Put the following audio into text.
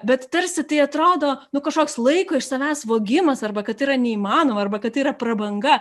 bet tarsi tai atrodo kažkoks laiko iš savęs vogimas arba kad yra neįmanoma arba kad tai yra prabanga